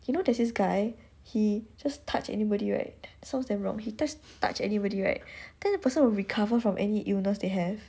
you know there's this guy he just touch anybody right sounds damn wrong he just touch anybody right then the person will recover from any illness they have